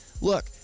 Look